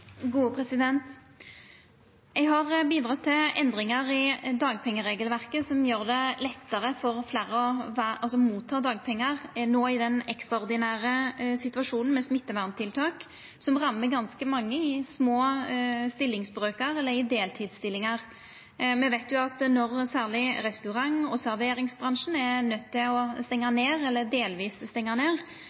har bidrege til endringar i dagpengeregelverket, og dei gjer det lettare for fleire å få dagpengar no i den ekstraordinære situasjonen med smitteverntiltak, som rammar ganske mange i små stillingsbrøkar eller i deltidsstillingar. Me veit at når særleg restaurant- og serveringsbransjen er nøydde til å stengja ned eller delvis stengja ned,